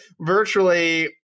virtually